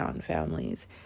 families